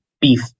beef